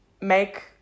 make